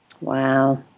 Wow